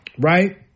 Right